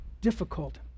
difficult